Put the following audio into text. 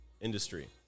industry